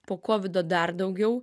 po kovido dar daugiau